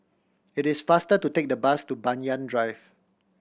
it is faster to take the bus to Banyan Drive